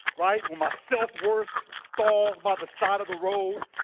right, or my self-worth, stalls by the side of the road.